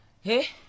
Hey